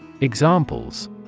Examples